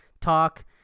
talk